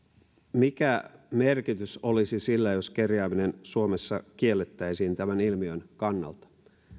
mikä merkitys olisi sillä jos kerjääminen suomessa kiellettäisiin tämän ilmiön kannalta